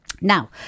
Now